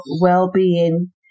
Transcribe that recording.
well-being